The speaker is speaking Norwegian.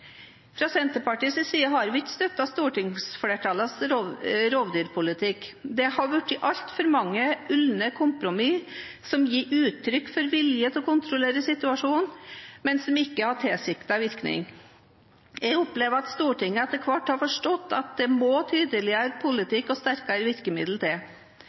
Fra Senterpartiets side har vi ikke støttet stortingsflertallets rovdyrpolitikk, det har vært altfor mange ulne kompromisser som gir uttrykk for vilje til å kontrollere situasjonen, men som ikke har tilsiktet virkning. Jeg opplever at Stortinget etter hvert har forstått at det må tydeligere politikk og sterkere virkemidler til.